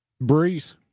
Breeze